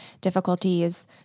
difficulties